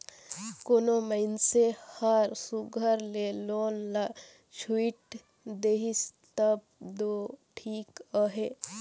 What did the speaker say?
कोनो मइनसे हर सुग्घर ले लोन ल छुइट देहिस तब दो ठीक अहे